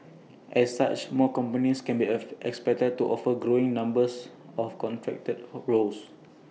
as such more companies can be expected to offer growing numbers of contract roles